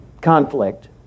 conflict